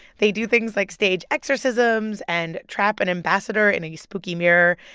they do things like stage exorcisms and trap an ambassador in a spooky mirror.